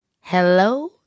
Hello